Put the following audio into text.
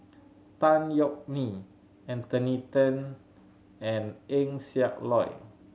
Tan Yeok Nee Anthony Then and Eng Siak Loy